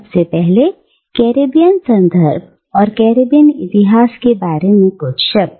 सबसे पहले कैरेबियन संदर्भ और कैरीबियन इतिहास के बारे में कुछ शब्द